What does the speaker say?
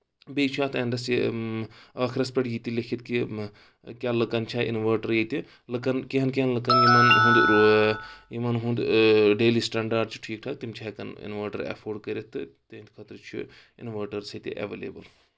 بیٚیہِ چھُ اتھ اینڈَس یہِ ٲخٔرس پؠٹھ یہِ تہِ لیکھِتھ کہِ کیٛاہ لُکن چھا اِنوٲٹر ییٚتہِ لُکن کینٛہہ ہن کینٛہہ ہن لُکن یِمن ہُنٛد یِمن ہُنٛد ڈیلی سٹینٛڈاڈ چھُ ٹھیٖک ٹھاک تِم چھِ ہؠکن اِنوٲٹر اؠفوڈ کٔرِتھ تہٕ تِہنٛدِ خٲطرٕ چھُ اِنوٲٹرس سُہ تہِ ایویلیبٕل